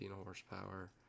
horsepower